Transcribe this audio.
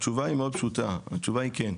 התשובה היא מאוד פשוטה, התשובה היא כן.